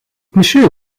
monsieur